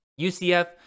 UCF